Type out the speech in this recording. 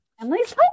Emily's